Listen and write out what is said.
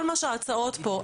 כל ההצעות פה,